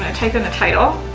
ah type in the title.